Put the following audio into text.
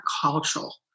cultural